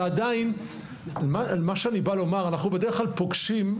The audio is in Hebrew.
אנחנו בדרך כלל פוגשים,